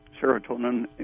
serotonin